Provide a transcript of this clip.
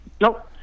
Nope